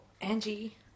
Angie